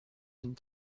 d’une